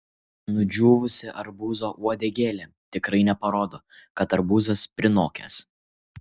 nudžiūvusi arbūzo uodegėlė tikrai neparodo kad arbūzas prinokęs